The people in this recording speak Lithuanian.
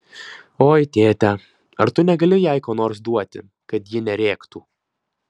oi tėte ar tu negali jai ko nors duoti kad ji nerėktų